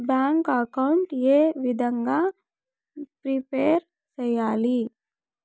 Bank account ఏ విధంగా prepare సెయ్యాలి?